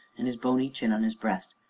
and his bony chin on his breast,